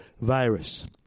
virus